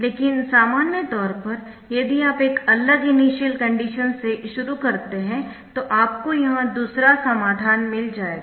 लेकिन सामान्य तौर पर यदि आप एक अलग इनिशियल कंडीशन से शुरू करते है तो आपको यह दूसरा समाधान मिल जाएगा